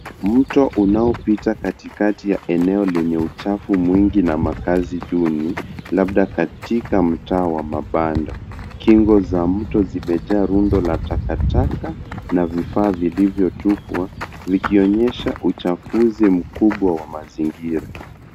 Mto unaopita katikati ya eneo lenye uchafu mwingi na makazi duni, labda katika mtaa wa mabanda. Kingo za mto zimejaa rundo la takataka na vifaa vilivyotupwa, vikionyesha uchafuzi mkubwa wa mazingira.